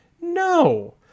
No